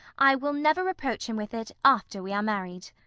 i will never reproach him with it after we are married.